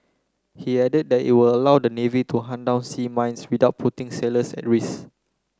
he added that it will allow the navy to hunt down sea mines without putting sailors at risk